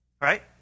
Right